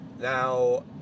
Now